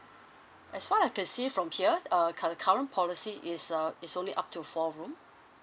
as far I can see from here uh the current policy is uh is only up to four room